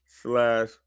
slash